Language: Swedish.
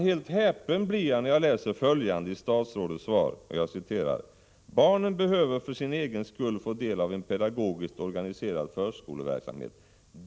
Helt häpen blir jag när jag läser följande i statsrådets svar: ”Barnen behöver för sin egen skull få del av en pedagogiskt organiserad förskoleverksamhet.